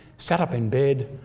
sat up in bed,